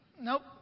Nope